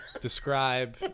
describe